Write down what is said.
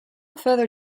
feather